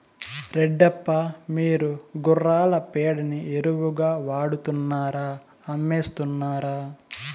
రెడ్డప్ప, మీరు గుర్రాల పేడని ఎరువుగా వాడుతున్నారా అమ్మేస్తున్నారా